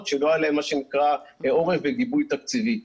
שלא היה להן מה שנקרא עורף וגיבוי תקציבי.